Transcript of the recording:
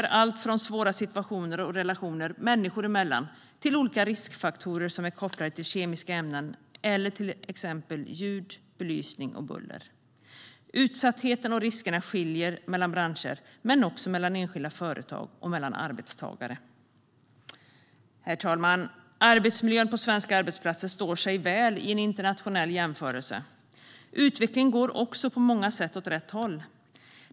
Det kan gälla allt från svåra situationer och relationer människor emellan till olika riskfaktorer som är kopplade till kemiska ämnen eller till exempelvis ljud, belysning eller buller. Utsattheten och riskerna skiljer sig åt mellan branscher men också mellan enskilda företag och mellan arbetstagare. Herr talman! Arbetsmiljön på svenska arbetsplatser står sig väl i en internationell jämförelse. Utvecklingen går också på många sätt åt rätt håll.